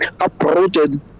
uprooted